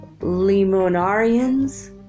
Limonarians